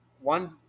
one